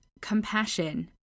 compassion